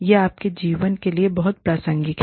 यह आपके जीवन के लिए बहुत प्रासंगिक है